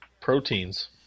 Proteins